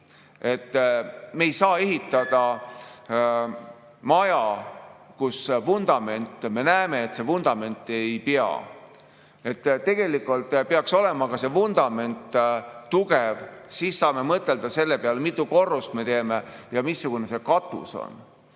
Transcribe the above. Me ei saa ehitada maja, kui me näeme, et vundament ei pea. Tegelikult peaks olema see vundament tugev, siis saame mõelda selle peale, mitu korrust me teeme ja missugune katus on.